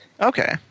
Okay